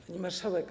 Pani Marszałek!